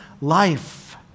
life